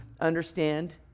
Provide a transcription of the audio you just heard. understand